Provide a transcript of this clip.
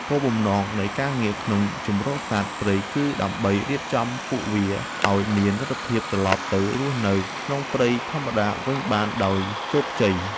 គោលបំណងនៃការងារក្នុងជម្រកសត្វព្រៃគឺដើម្បីរៀបចំពួកវាឱ្យមានលទ្ធភាពត្រលប់ទៅរស់នៅក្នុងព្រៃធម្មជាតិវិញបានដោយជោគជ័យ។